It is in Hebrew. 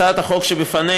הצעת החוק שלפנינו,